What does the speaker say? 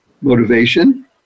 motivation